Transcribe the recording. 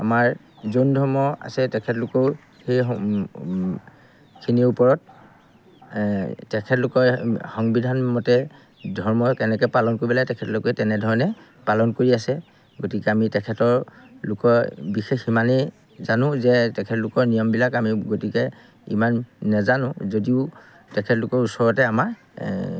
আমাৰ জৈন ধৰ্ম আছে তেখেতলোকেও সেই খিনিৰ ওপৰত তেখেতলোকে সংবিধান মতে ধৰ্ম কেনেকৈ পালন কৰিব লাগে তেখেতলোকে তেনেধৰণে পালন কৰি আছে গতিকে আমি তেখেত লোকৰ বিশেষ সিমানেই জানো যে তেখেতলোকৰ নিয়মবিলাক আমি গতিকে ইমান নাজানো যদিও তেখেতলোকৰ ওচৰতে আমাৰ